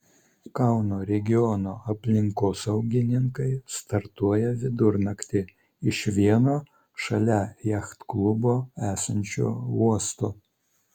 kauno regiono aplinkosaugininkai startuoja vidurnaktį iš vieno šalia jachtklubo esančio uosto